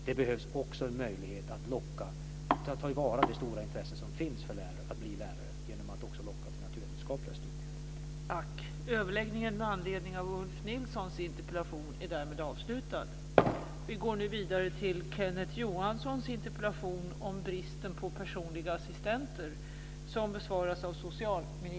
Det behövs också en möjlighet att ta till vara det stora intresse som finns för att bli lärare genom att också locka till naturvetenskapliga studier.